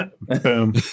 Boom